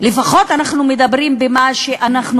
לפחות אנחנו מדברים על מה שאנחנו